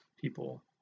people